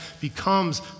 becomes